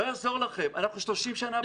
לא יעזור לכם, אנחנו 30 שנה בכנסת.